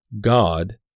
God